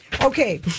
Okay